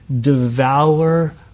devour